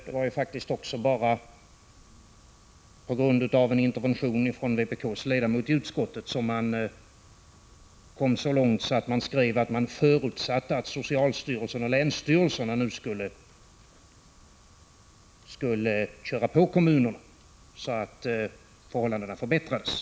Det var också bara på grund av en intervention från vpk:s ledamot som utskottet kom så långt att man skrev att man förutsatte att socialstyrelsen och länsstyrelserna skulle köra på kommunerna så att förhållandena förbättrades.